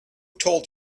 told